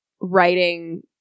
writing